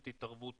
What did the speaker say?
נדהמת